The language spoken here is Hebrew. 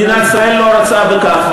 מדינת ישראל לא רוצה בכך.